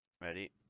Ready